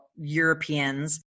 Europeans